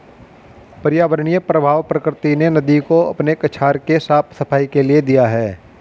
पर्यावरणीय प्रवाह प्रकृति ने नदी को अपने कछार के साफ़ सफाई के लिए दिया है